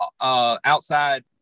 outside